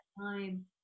time